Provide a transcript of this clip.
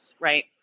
right